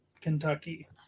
Kentucky